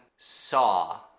saw